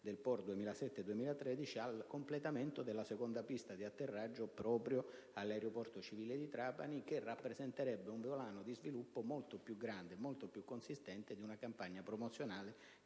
del POR 2007-2013, al completamento della seconda pista di atterraggio proprio dell'aeroporto civile di Trapani, condizione che rappresenterebbe un volano di sviluppo molto più ampio e più consistente di una campagna promozionale